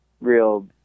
real